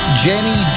Jenny